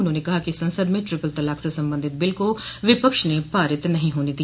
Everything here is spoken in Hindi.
उन्होंने कहा कि संसद में ट्रिपल तलाक से संबंधित बिल को विपक्ष ने पारित नहीं होने दिया